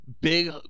big